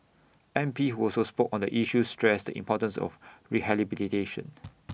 M P who also spoke on the issue stressed the importance of rehabilitation